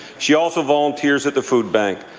she also volunteers at the food bank.